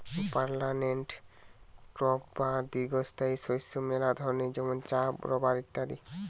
permanent crop বা দীর্ঘস্থায়ী শস্য মেলা ধরণের যেমন চা, রাবার ইত্যাদি